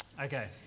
okay